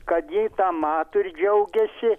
kad ji tą mato ir džiaugiasi